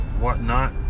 whatnot